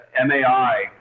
MAI